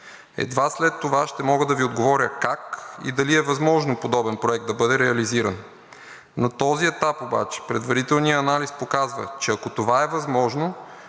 Едва след това ще мога да Ви отговоря как и дали е възможно подобен проект да бъде реализиран. На този етап обаче предварителният анализ показва, че ако това е възможно,